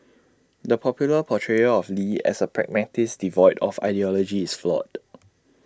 the popular portrayal of lee as A pragmatist devoid of ideology is flawed